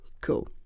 cool